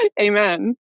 Amen